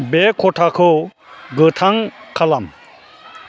बे खथाखौ गोथां खालाम